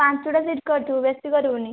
ପାଞ୍ଚଟା ସିଟ୍ କରିଥିବୁ ବେଶି କରିବୁନି